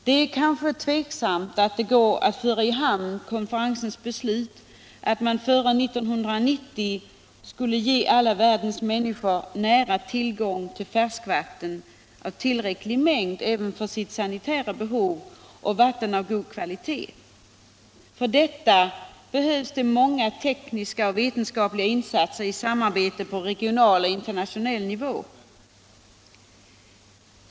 Det är kanske tveksamt om det går att föra i hamn konferensens beslut att man före 1990 skulle ge alla världens människor nära tillgång till färskvatten av tillräcklig mängd även för det sanitära behovet — och vatten av god kvalitet. För detta behövs många tekniska och vetenskapliga insatser i samarbete på regional och internationell nivå.